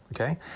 okay